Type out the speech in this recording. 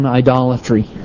idolatry